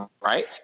Right